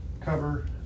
cover